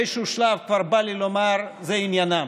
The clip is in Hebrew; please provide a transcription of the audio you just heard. באיזשהו שלב כבר בא לי לומר: זה עניינם.